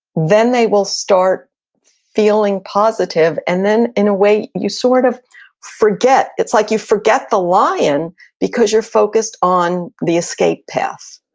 then they will start feeling positive. and then in a way, you sort of forget. it's like you forget the lion because you're focused on the escape path